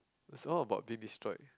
it's all about being destroyed